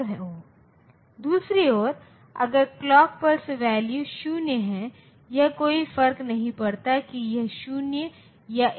दूसरी ओर अगर क्लॉक पल्स वैल्यू 0 है यह कोई फर्क नहीं पड़ता कि यह0 या 1 है